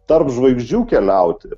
tarp žvaigždžių keliauti